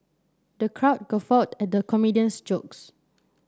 the crowd guffawed at the comedian's jokes